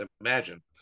imagine